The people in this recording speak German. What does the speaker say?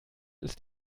ist